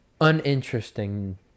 uninteresting